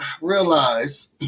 realize